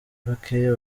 bakeya